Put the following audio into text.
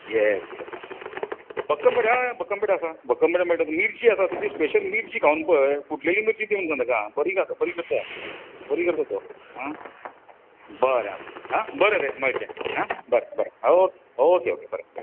S एस भक्कमपेडा हय भक्कम पेडा आसा भक्कमपेडा मरे भक्कम पेडा आसा मिर्ची आसा ताजी स्पेशल मिर्ची खावन पळय फुटलेली मिर्ची दी म्हूण सांग ताका बरी करता तो बरी करता तो आं बरें आसा बरें रे मेळचे बरें बरें आं ओके ओके बरें बरें